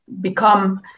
become